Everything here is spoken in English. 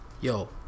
Yo